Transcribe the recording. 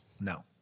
No